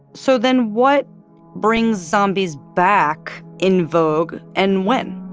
so then what brings zombies back in vogue and when?